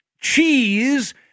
Cheese